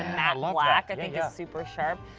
matte black i think is super sharp.